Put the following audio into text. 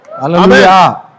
Hallelujah